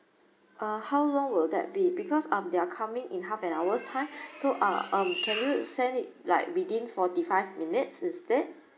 uh how long will that be because um they are coming in half an hour's time so uh um can you send it like within forty-five minutes instead